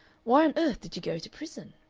why earth did you go to prison?